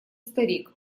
старик